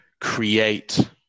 create